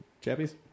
Chappies